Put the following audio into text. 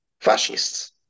fascists